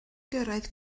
gyrraedd